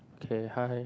okay hi